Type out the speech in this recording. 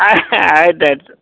ಹಾಂ ಆಯ್ತು ಆಯ್ತು ಸರ್